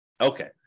Okay